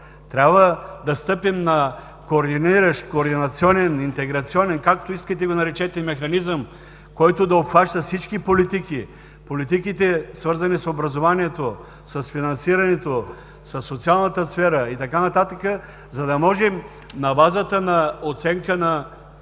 трябва да стъпим на координиращ, координационен, интеграционен, както искате го наречете, механизъм, който да обхваща всички политики – политиките, свързани с образованието, с финансирането, със социалната сфера и така нататък, за да можем на базата на оценка на